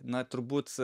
na turbūt